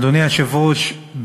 אדוני היושב-ראש,